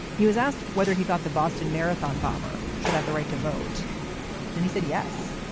he was asked whether he thought the boston marathon bomber should have the right to vote for it and he said, yes,